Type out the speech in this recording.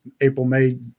April-May